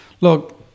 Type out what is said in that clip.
Look